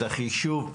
את החישוב.